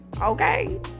okay